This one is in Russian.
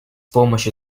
помощью